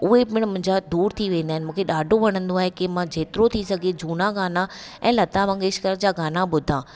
उहे पिण मुंहिंजा दूर थी वेंदा आहिनि मूंखे ॾाढो वणंदो आहे की मां जेतिरो थी सघे की मां झूना गाना ऐं लता मंगेशकर जा गाना ॿुधां